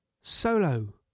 solo